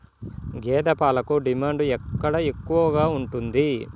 గేదె పాలకు డిమాండ్ ఎక్కడ ఎక్కువగా ఉంది?